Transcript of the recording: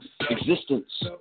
existence